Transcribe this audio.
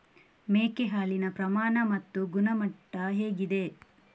ಮೇಕೆ ಹಾಲಿನ ಪ್ರಮಾಣ ಮತ್ತು ಗುಣಮಟ್ಟ ಹೇಗಿದೆ?